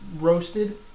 roasted